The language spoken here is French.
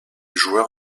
joueur